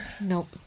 nope